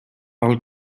parle